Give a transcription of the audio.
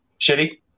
shitty